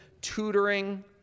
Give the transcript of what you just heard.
tutoring